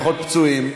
פחות פצועים,